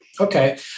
Okay